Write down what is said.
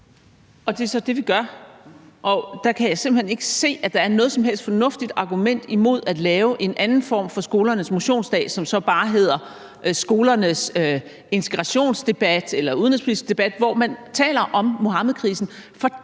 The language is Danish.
Og det er så det, vi gør, og der kan jeg simpelt hen ikke se, at der er noget som helst fornuftigt argument imod at lave en anden form for Skolernes Motionsdag, som så bare kunne hedde skolernes integrationsdebat eller udenrigspolitiske debat, hvor man taler om Muhammedkrisen,